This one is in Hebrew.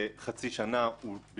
לחצי שנה הוא לא מספיק.